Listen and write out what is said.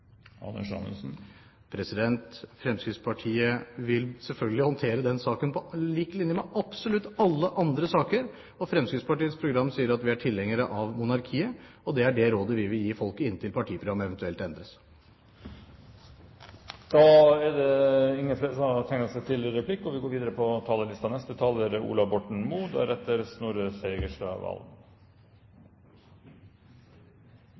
Fremskrittspartiet vil selvfølgelig håndtere den saken på lik linje med absolutt alle andre saker. Fremskrittspartiets program sier at vi er tilhengere av monarkiet, og det er det rådet vi vil gi folket inntil partiprogrammet eventuelt endres. Replikkordskiftet er dermed omme. La meg starte med å slutte meg til det representanten Kolberg framførte med stort alvor. La meg fortsette med å si at kongehuset i Norge er